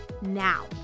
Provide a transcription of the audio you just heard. now